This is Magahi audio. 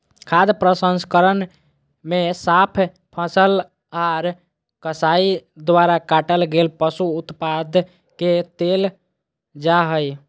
खाद्य प्रसंस्करण मे साफ फसल आर कसाई द्वारा काटल गेल पशु उत्पाद के लेल जा हई